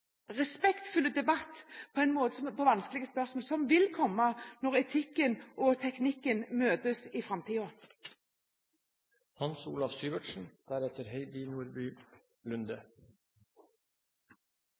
respektfull debatt om vanskelige spørsmål som vil komme, når etikken og teknikken møtes i